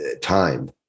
time